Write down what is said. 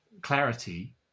clarity